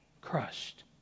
crushed